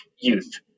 youth